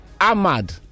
Ahmad